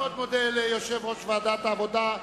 אני מודה מאוד ליושב-ראש ועדת העבודה,